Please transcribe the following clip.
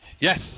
Yes